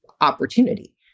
opportunity